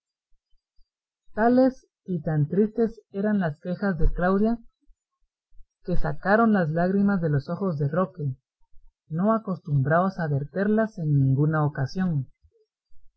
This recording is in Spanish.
y tan tristes eran las quejas de claudia que sacaron las lágrimas de los ojos de roque no acostumbrados a verterlas en ninguna ocasión